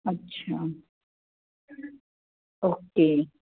अच्छा ओके